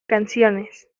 canciones